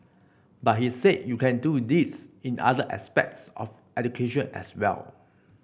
but he said you can do this in other aspects of education as well